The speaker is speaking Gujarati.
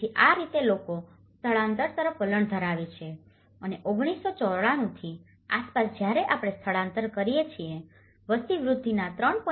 તેથી આ રીતે લોકો સ્થળાંતર તરફ વલણ ધરાવે છે અને 1994 ની આસપાસ જ્યારે આપણે સ્થળાંતર કરીએ છીએ વસ્તી વૃદ્ધિના 3